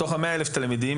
מתוך ה-120 אלף תלמידים,